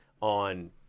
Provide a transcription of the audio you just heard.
on